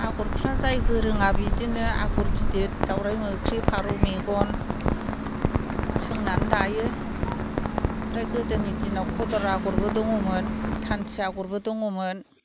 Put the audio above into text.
आगरफ्रा जाय गोरोङा बिदिनो आगर गिदिर दावराय मोख्रेब फारौ मेगन सोंनानै दायो फ्राय गोदोनि दिनाव खदर आगरबो दङमोन थान्थि आगरबो दङमोन